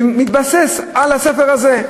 זה מתבסס על הספר הזה.